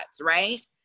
right